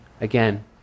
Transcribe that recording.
Again